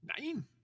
Nine